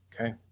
Okay